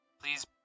please